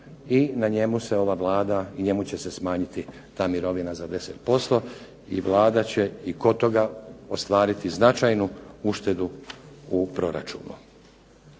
i na njemu se ova Vlada i njemu će se smanjiti ta mirovina za 10% i Vlada će kod toga ostvariti značajnu uštedu u proračunu.